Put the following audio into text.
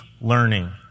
learning